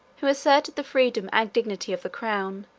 who asserted the freedom and dignity of the crown,